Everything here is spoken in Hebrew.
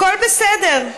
הכול בסדר.